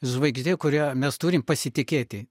žvaigždė kuria mes turim pasitikėti